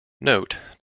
note